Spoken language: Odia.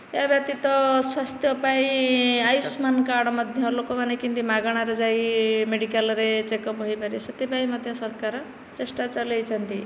ଏ ବ୍ୟତୀତ ସ୍ବାସ୍ଥ୍ୟ ପାଇଁ ଆୟୁଷ୍ମାନ କାର୍ଡ ମଧ୍ୟ ଲୋକମାନେ କେମିତି ମାଗଣାରେ ଯାଇ ମେଡିକାଲରେ ଚେକପ୍ ହୋଇପାରିବେ ସେଥିପାଇଁ ମଧ୍ୟ ସରକାର ଚେଷ୍ଟା ଚଳାଇଛନ୍ତି